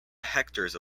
hectares